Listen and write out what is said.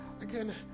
again